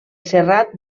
serrat